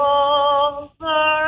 over